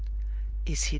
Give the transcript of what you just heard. is he dead?